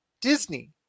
Disney